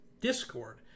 Discord